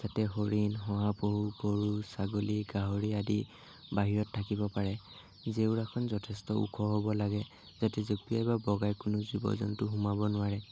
যাতে হৰিণ শহাপহু গৰু ছাগলী গাহৰি আদি বাহিৰত থাকিব পাৰে জেওৰাখন যথেষ্ট ওখ হ'ব লাগে যাতে জঁপিয়াই বা বগাই কোনো জীৱ জন্তু সোমাব নোৱাৰে